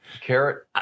Carrot